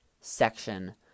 section